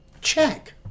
Check